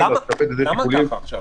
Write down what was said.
למה ככה עכשיו?